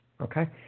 Okay